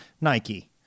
Nike